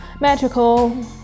magical